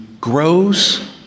grows